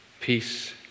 peace